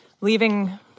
leaving